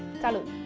salute!